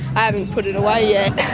i haven't put it away yet.